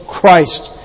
Christ